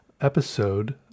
episode